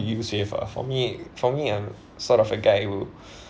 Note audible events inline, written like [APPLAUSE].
did you save ah for me for me I'm sort of a guy who [BREATH]